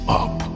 up